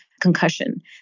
concussion